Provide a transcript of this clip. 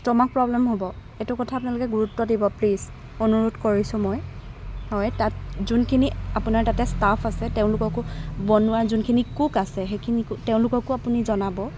stomach problem হ'ব এইটো কথা আপোনালোকে গুৰুত্ব দিব প্লিজ অনুৰোধ কৰিছো মই হয় তাত যোনখিনি আপোনাৰ তাতে ষ্টাফ আছে তেওঁলোককো বনোৱা যোনখিনি কুক আছে সেইখিনিকো তেওঁলোককো আপুনি জনাব